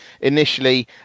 initially